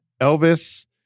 Elvis